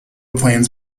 plans